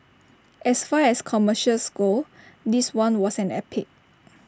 as far as commercials go this one was an epic